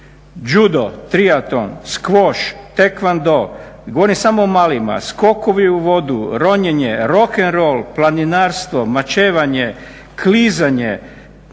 Judo, triatlon, squash, taekwondo, govorim samo o malima, skokovi u vodu, ronjenje, rock n' roll, planinarstvo, mačevanje, klizanje,